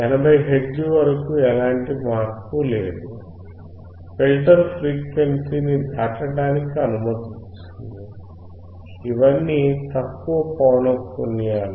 80 hertz వరకు ఎటువంటి మార్పు లేదు ఫిల్టర్ ఫ్రీక్వెన్సీని దాటడానికి అనుమతిస్తుంది ఇవన్నీ తక్కువ పౌనఃపున్యాలు